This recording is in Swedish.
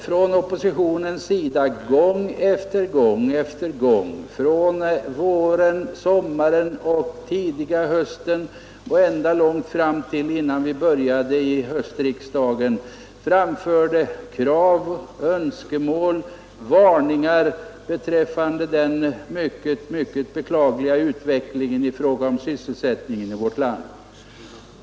Från oppositionens sida framförde vi gång på gång under våren, sommaren och tidiga hösten fram till dess höstriksdagen började krav, önskemål och varningar rörande den mycket beklagliga utvecklingen av sysselsättningssituationen i vårt land.